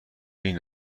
این